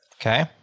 Okay